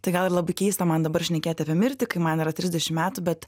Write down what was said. tai gal ir labai keista man dabar šnekėti apie mirtį kai man yra trisdešim metų bet